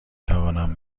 توانم